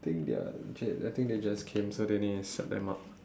think ya you just they think just came so they need to set them up